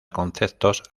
conceptos